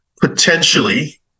potentially